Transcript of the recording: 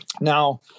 Now